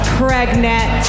pregnant